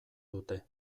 dute